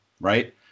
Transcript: right